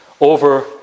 over